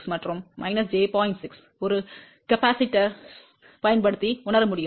6 ஒரு மின்தேக்கியைப் பயன்படுத்தி உணர முடியும் ஏன்